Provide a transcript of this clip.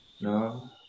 No